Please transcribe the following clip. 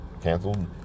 canceled